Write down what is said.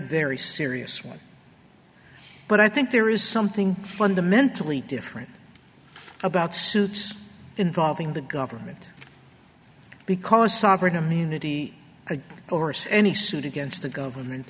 very serious one but i think there is something fundamentally different about suits involving the government because sovereign immunity a chorus any suit against the government